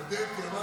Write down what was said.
הודיתי.